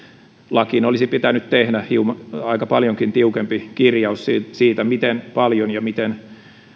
lakiin olisi pitänyt tehdä aika paljonkin tiukempi kirjaus siitä miten paljon ja miten